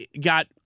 got